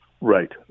Right